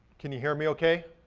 can you hear me okay?